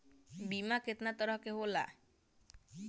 बीमा केतना तरह के होला?